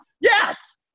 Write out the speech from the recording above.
yes